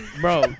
bro